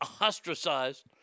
ostracized